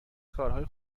کارهای